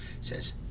Says